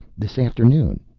this afternoon,